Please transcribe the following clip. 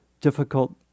difficult